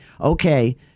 okay